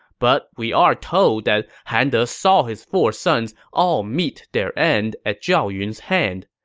but we are told that han de saw his four sons all meet their end at zhao yun's hand,